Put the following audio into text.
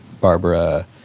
Barbara